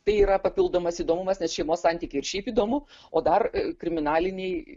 tai yra papildomas įdomumas nes šeimos santykiai ir šiaip įdomu o dar kriminaliniai